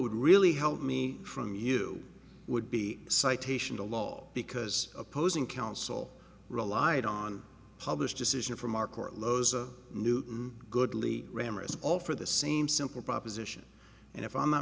would really help me from you would be citation to law because opposing counsel relied on published decision from our court loza newton goodly grammar is all for the same simple proposition and if i'm not